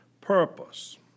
purpose